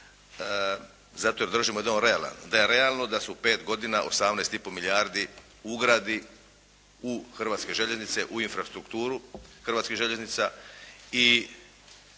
zato jer držimo da je on realan. Da je realno da se u 5 godina 18 i po milijardi ugradi u Hrvatske željeznice, u infrastrukturu Hrvatskih željeznica